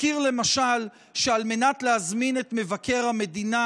אזכיר למשל שעל מנת להזמין את מבקר המדינה,